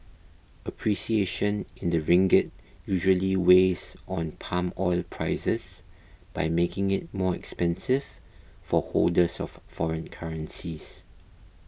appreciation in the ringgit usually weighs on palm oil prices by making it more expensive for holders of foreign currencies